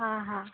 हा हा